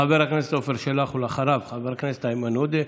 חבר הכנסת עפר שלח, אחריו, חבר הכנסת איימן עודה,